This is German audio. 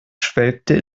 schwelgte